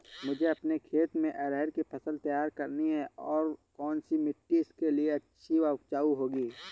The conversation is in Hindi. मुझे अपने खेत में अरहर की फसल तैयार करनी है और कौन सी मिट्टी इसके लिए अच्छी व उपजाऊ होगी?